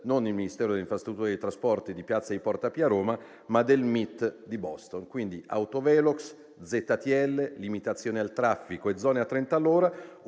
non del Ministero delle infrastrutture e dei trasporti di piazza di Porta Pia a Roma, ma del MIT di Boston; quindi autovelox ZTL, limitazioni al traffico e zone a 30 all'ora